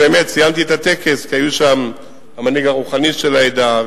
ציינתי את הטקס שהיה אתמול כי היו שם המנהיג הרוחני של העדה,